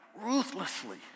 ruthlessly